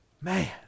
Man